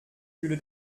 fülle